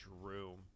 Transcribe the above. room